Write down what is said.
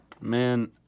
Man